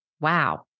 wow